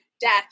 death